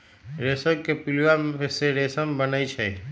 रेशम के पिलुआ से रेशम बनै छै